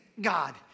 God